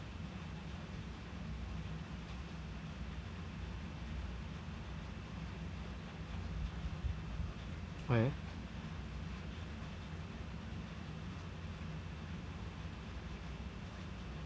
why ah